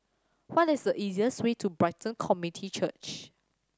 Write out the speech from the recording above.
what is the easiest way to Brighton Community Church